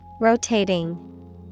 Rotating